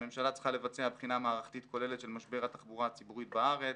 הממשלה צריכה לבצע בחינה מערכתית כוללת של משבר התחבורה הציבורית בארץ,